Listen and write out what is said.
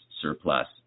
surplus